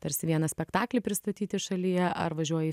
tarsi vieną spektaklį pristatyti šalyje ar važiuoji į